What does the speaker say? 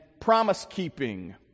promise-keeping